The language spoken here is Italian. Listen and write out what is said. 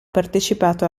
partecipato